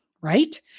right